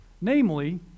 namely